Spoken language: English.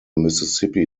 mississippi